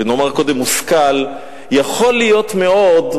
ונאמר קודם מושכל: יכול להיות מאוד,